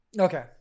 Okay